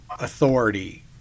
authority